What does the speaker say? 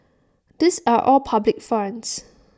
these are all public funds